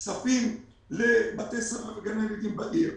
כספים לבתי ספר וגני ילדים בעיר.